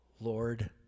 Lord